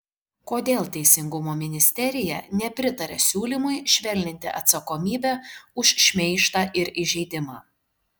kodėl teisingumo ministerija nepritaria siūlymui švelninti atsakomybę už šmeižtą ir įžeidimą